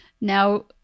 now